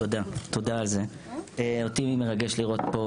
תודה, תודה על זה, אותי גם מרגש לראות פה